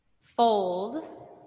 fold